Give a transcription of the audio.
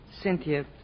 Cynthia